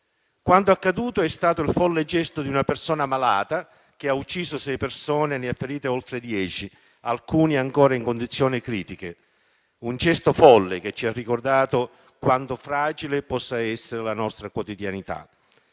Quanto accaduto è stato il folle gesto di una persona malata che ha ucciso sei persone e ne ha ferite oltre dieci, alcune ancora in condizioni critiche. Un gesto folle che ci ha ricordato quanto fragile possa essere la nostra quotidianità.